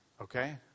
okay